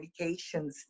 medications